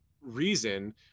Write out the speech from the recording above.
reason